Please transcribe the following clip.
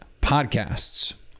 podcasts